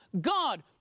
God